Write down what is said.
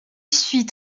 suit